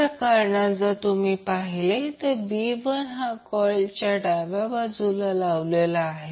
म्हणून असे लिहिले आहे की I हा VC ला 90°ने लीड करत आहे